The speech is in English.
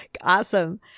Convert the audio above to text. awesome